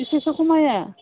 एसेसो खमाया